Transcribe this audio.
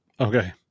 Okay